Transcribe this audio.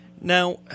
Now